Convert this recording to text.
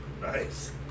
Nice